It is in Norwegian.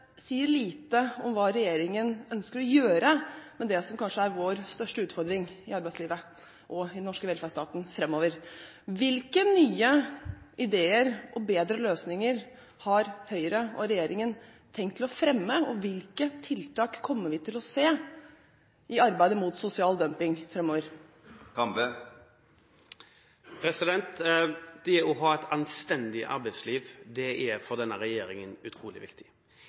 sier lite om hva regjeringen ønsker å gjøre med det som kanskje er vår største utfordring i arbeidslivet og i den norske velferdsstaten framover. Hvilke nye ideer og bedre løsninger har Høyre og regjeringen tenkt å fremme, og hvilke tiltak kommer vi til å se i arbeidet mot sosial dumping framover? Det å ha et anstendig arbeidsliv er for denne regjeringen utrolig viktig.